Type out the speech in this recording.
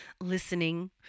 listening